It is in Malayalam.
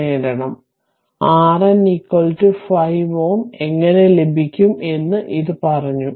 നേടണം RN 5 Ω എങ്ങനെ ലഭിക്കും എന്ന് ഇത് പറഞ്ഞു